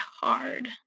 hard